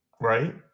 right